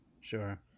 sure